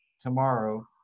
tomorrow